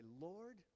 Lord